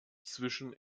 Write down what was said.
zwischen